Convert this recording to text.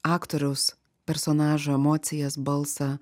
aktoriaus personažo emocijas balsą